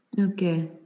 Okay